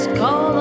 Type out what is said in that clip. call